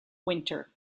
wynter